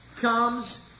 comes